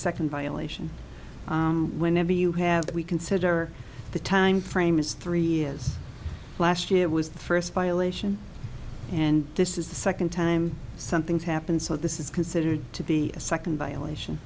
second violation whenever you have that we consider the time frame is three years last year was the first violation and this is the second time something's happened so this is considered to be a second violation